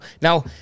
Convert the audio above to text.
Now